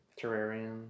terrarium